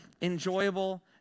enjoyable